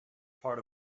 part